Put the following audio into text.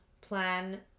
plan